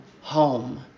home